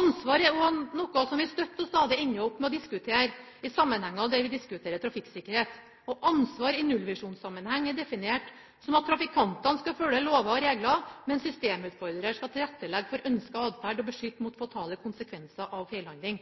Ansvar er også noe som vi støtt og stadig ender opp med å diskutere i sammenhenger der vi diskuterer trafikksikkerhet. Ansvar i nullvisjonssammenheng er definert som at trafikantene skal følge lover og regler, mens systemutfordrer skal tilrettelegge for ønsket atferd og beskytte mot fatale konsekvenser av feilhandling.